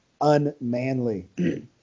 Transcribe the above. unmanly